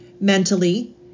mentally